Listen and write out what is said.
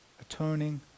atoning